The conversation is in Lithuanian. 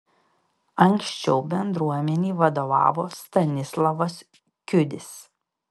anksčiau bendruomenei vadovavo stanislovas kiudis